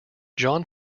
john